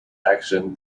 action